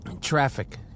Traffic